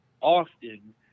often